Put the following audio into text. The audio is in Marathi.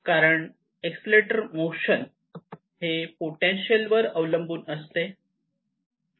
कारण एक्सलेटर मोशन ही पोटेन्शियल वर अवलंबून असते